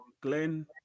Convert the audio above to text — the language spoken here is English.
Glenn